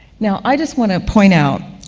now, i just want to point out,